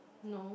no